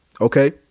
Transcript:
okay